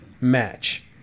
match